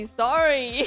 sorry